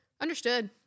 understood